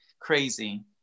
crazy